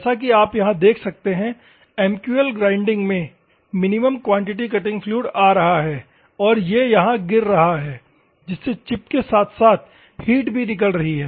जैसा कि आप यहां देख सकते हैं MQL गरिनीडिंग में मिनिमम क्वांटिटी कटिंग फ्लूइड आ रहा है और यह यहां गिर रहा है जिससे चिप के साथ साथ हीट भी निकल रही है